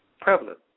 prevalent